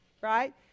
right